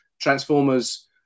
Transformers